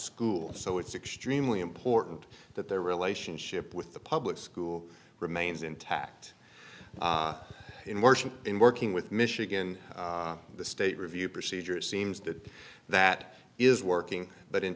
school so it's extremely important that their relationship with the public school remains intact in march and in working with michigan the state review procedures seems that that is working but in